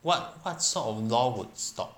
what what sort of law would stop